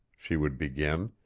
she would begin,